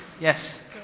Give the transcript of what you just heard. Yes